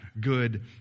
good